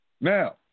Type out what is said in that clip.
Now